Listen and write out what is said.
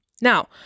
Now